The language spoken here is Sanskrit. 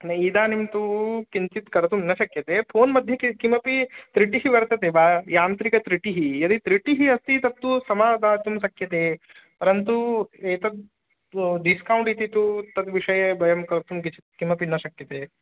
नहि इदानीं तु किञ्चित् कर्तुं न शक्यते फ़ोन् मध्ये किं किमपि त्रुटिः वर्तते वा यान्त्रिकत्रुटिः यदि त्रुटिः अस्ति तत्तु समाधातुं शक्यते परन्तु एतत् डिस्कौण्ट् इति तु तद्विषये वयं कर्तुं किच् किमपि न शक्यते